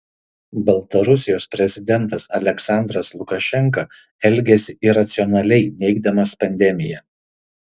baltarusijos prezidentas aliaksandras lukašenka elgiasi iracionaliai neigdamas pandemiją